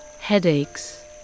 headaches